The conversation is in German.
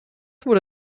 wurde